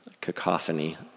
cacophony